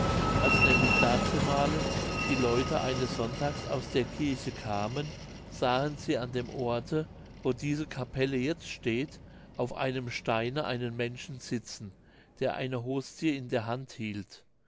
als nämlich dazumalen die leute eines sonntags aus der kirche kamen sahen sie an dem orte wo diese capelle jetzt steht auf einem steine einen menschen sitzen der eine hostie in der hand hielt